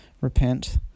Repent